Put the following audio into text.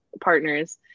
partners